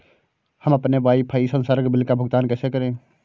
हम अपने वाईफाई संसर्ग बिल का भुगतान कैसे करें?